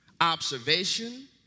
observation